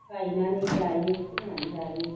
गायनानै जायो फोनानै जायो